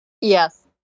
Yes